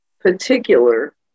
particular